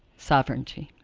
sovereignty.